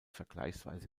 vergleichsweise